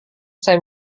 saya